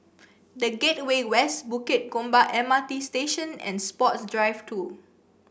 The Gateway West Bukit Gombak M R T Station and Sports Drive Two